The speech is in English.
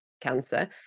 cancer